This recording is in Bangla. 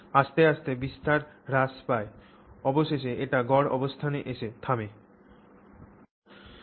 আস্তে আস্তে বিস্তার হ্রাস পায় অবশেষে এটি গড় অবস্থানে এসে থেমে যায়